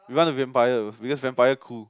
we want the vampires because vampire cool